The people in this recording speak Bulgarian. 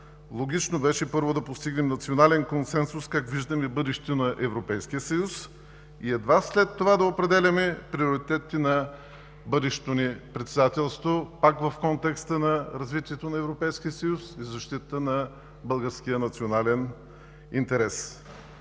логично беше първо да постигнем национален консенсус как виждаме бъдещето на Европейския съюз и едва след това да определяме приоритетите на бъдещото ни председателство, пак в контекста на развитието на Европейския съюз и защитата на българския национален интерес.